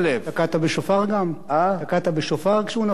תקעת בשופר כשהוא נפל?